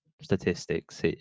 statistics